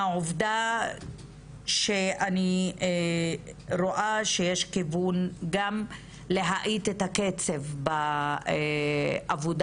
מהעובדה שאני רואה שיש כיוון גם להאט את הקצב בעבודה